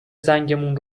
زنگمون